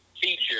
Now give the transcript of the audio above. feature